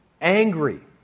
angry